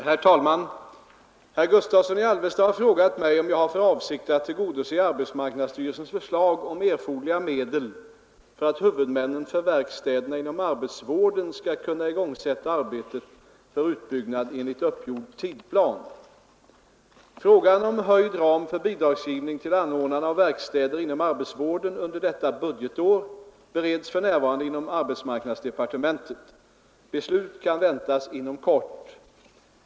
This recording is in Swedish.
Herr talman! Herr Gustavsson i Alvesta har frågat mig om jag har för avsikt att tillgodose arbetsmarknadsstyrelsens förslag om erforderliga medel för att huvudmännen för verkstäderna inom arbetsvården skall kunna igångsätta arbetet för utbyggnad enligt uppgjord tidplan. Frågan om höjd ram för bidragsgivning till anordnande av verkstäder inom arbetsvården under detta budgetår bereds för närvarande inom arbetsmarknadsdepartementet. Beslut kan väntas inom kort.